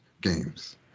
games